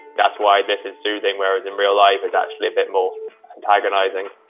that's why this is soothing, whereas in real life, it's actually a bit more antagonizing